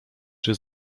czy